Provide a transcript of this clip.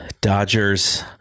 Dodgers